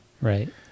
Right